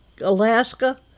Alaska